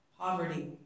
poverty